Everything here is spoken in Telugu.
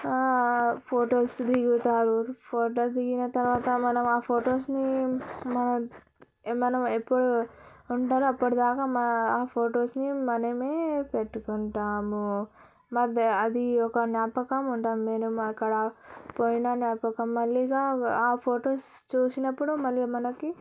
ఫొటోస్ దిగుతారు ఫోటో దిగిన తర్వాత మన ఫొటోస్ని మనం మనం ఎప్పుడు ఉంటుందో అప్పుడు దాకా ఆ ఫొటోస్ని మనమే పెట్టుకుంటాము అది ఒక జ్ఞాపకం ఉంటుంది నేను అక్కడ పోయిన జ్ఞాపకం మళ్లీగా ఆ ఫొటోస్ చూసినప్పుడు మళ్ళీ మనకి